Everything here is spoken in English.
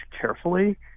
carefully